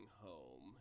home